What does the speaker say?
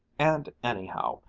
and anyhow,